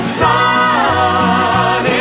sun